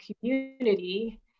community